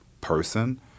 person